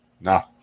No